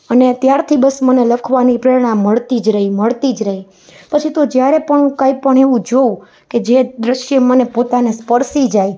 અને ત્યારથી બસ મને લખવાની પ્રેરણા મળતી જ રહી મળતી જ રહી પછી તો જ્યારે પણ હું કાંઇ પણ એવું જોઉં કે જે દૃશ્ય મને પોતાને સ્પર્શી જાય